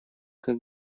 как